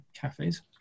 cafes